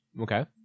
Okay